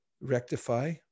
rectify